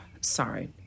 Sorry